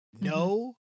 no